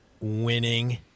winning